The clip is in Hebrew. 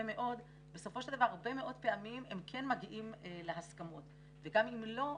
מאוד בסופו של דבר הרבה מאוד פעמים הם כן מגיעים להסכמות וגם אם לא,